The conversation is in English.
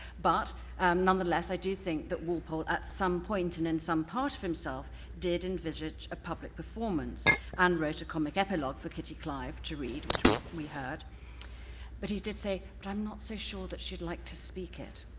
but nonetheless i do think that walpole at some point and in some part of himself did envisage a public performance and wrote a comic epilogue for kitty clive to read which we've heard but he did say, but i'm not so sure that she'd like to speak it.